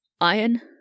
iron